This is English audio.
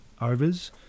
overs